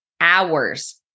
hours